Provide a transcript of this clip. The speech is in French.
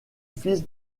fils